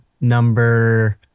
number